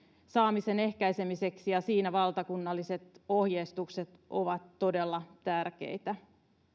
saamisen ehkäisemiseksi ja siinä valtakunnalliset ohjeistukset ovat todella tärkeitä